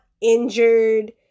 injured